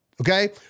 Okay